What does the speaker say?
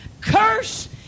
curse